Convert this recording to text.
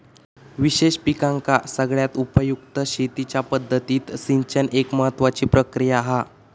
विशेष पिकांका सगळ्यात उपयुक्त शेतीच्या पद्धतीत सिंचन एक महत्त्वाची प्रक्रिया हा